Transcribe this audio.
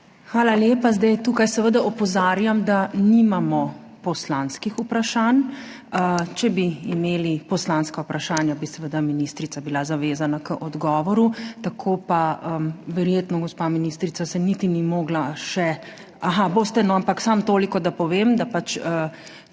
Hvala lepa. Zdaj, tukaj seveda opozarjam, da nimamo poslanskih vprašanj. Če bi imeli poslanska vprašanja, bi seveda ministrica bila zavezana k odgovoru, tako pa verjetno gospa ministrica se niti ni mogla še… Aha, boste, no, ampak samo toliko, da povem, da pač ne